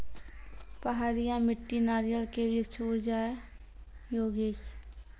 पहाड़िया मिट्टी नारियल के वृक्ष उड़ जाय योगेश?